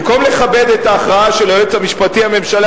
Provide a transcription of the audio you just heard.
במקום לכבד את ההכרעה של היועץ המשפטי לממשלה,